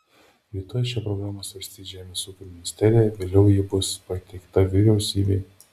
rytoj šią programą svarstys žemės ūkio ministerija vėliau ji bus pateikta vyriausybei